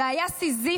זה היה סיזיפי.